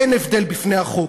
אין הבדל בפני החוק,